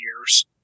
years